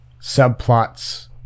subplots